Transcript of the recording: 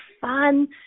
fun